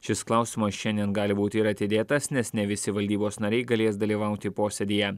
šis klausimas šiandien gali būti ir atidėtas nes ne visi valdybos nariai galės dalyvauti posėdyje